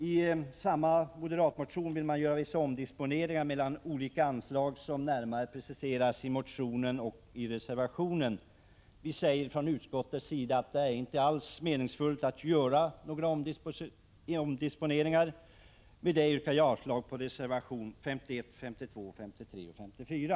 I samma moderatmotion vill man göra vissa omdisponeringar mellan olika anslag, så som närmare preciseras i motionen och i reservationen. Vi säger från utskottet att det inte alls är meningsfullt att göra några omdisponeringar. Med det yrkar jag avslag på reservationerna 51, 52, 53 och 54.